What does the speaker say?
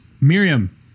Miriam